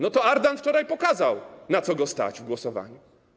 No to „Ardan” wczoraj pokazał, na co go stać w głosowaniu.